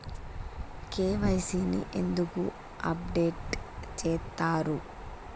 KYC ని ఎందుకు update చేత్తరు?